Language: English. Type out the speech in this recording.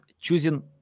choosing